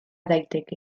daiteke